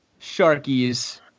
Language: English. Sharkies